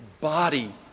body